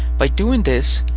by doing this,